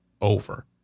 over